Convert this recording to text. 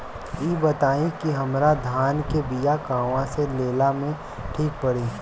इ बताईं की हमरा धान के बिया कहवा से लेला मे ठीक पड़ी?